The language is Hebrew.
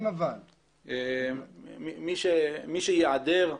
מי שייעדר,